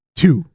two